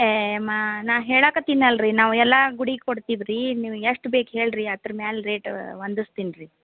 ಏಯ್ ಮಾ ನಾನು ಹೇಳಾಕತ್ತೀನಲ್ರಿ ನಾವು ಎಲ್ಲ ಗುಡಿಗೆ ಕೊಡ್ತೀವಿ ರೀ ನೀವು ಎಷ್ಟು ಬೇಕು ಹೇಳಿರಿ ಅದ್ರ ಮ್ಯಾಲೆ ರೇಟ್ ಹೊಂದುಸ್ತೀನ್ ರೀ